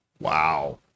Wow